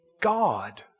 God